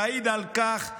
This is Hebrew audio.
תעיד על כך עדינה,